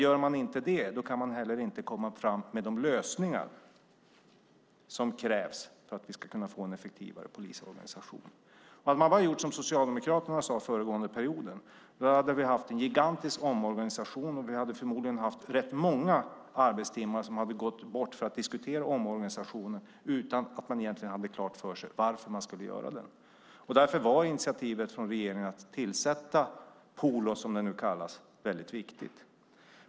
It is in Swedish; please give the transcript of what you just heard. Gör man inte det kan man heller inte komma fram med de lösningar som krävs för att vi ska kunna få en effektivare polisorganisation. Om man hade gjort som Socialdemokraterna sade under förra perioden hade vi haft en gigantisk omorganisation. Vi hade förmodligen haft rätt många arbetstimmar som hade gått bort för att diskutera omorganisationen utan att man egentligen hade klart för sig varför man skulle göra det. Därför var initiativet från regeringen att tillsätta Polo, som den nu kallas, väldigt viktigt.